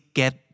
get